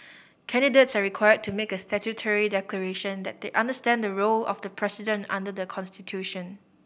candidates are required to make a statutory declaration that they understand the role of the president under the constitution